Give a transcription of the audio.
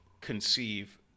conceive